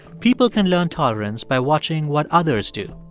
people can learn tolerance by watching what others do,